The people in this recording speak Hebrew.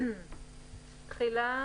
"תחילה